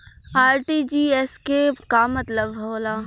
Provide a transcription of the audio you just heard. RTGS के का मतलब होला?